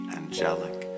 angelic